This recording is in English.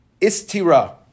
istira